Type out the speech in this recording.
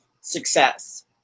success